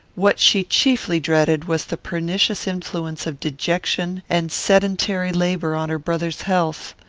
what she chiefly dreaded was the pernicious influence of dejection and sedentary labour on her brother's health.